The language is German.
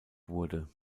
wurde